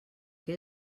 que